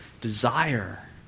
desire